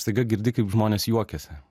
staiga girdi kaip žmonės juokiasi